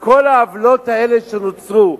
כל העוולות האלה שנוצרו,